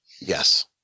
Yes